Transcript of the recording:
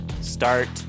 start